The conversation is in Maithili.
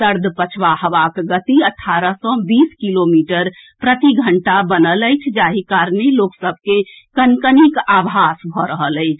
सर्द पछवा हवाक गति अठारह सँ बीस किलोमीटर प्रतिघंटा बनल अछि जाहि कारणे लोक सभ के कनकनीक आभास भऽ रहल अछि